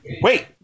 Wait